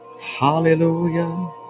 Hallelujah